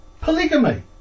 polygamy